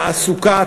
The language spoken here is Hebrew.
תעסוקה,